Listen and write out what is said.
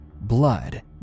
blood